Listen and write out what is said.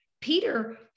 Peter